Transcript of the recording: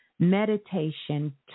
Meditation